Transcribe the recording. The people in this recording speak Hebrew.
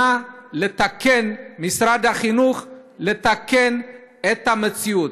אנא תקן, משרד החינוך, את המציאות.